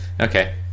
Okay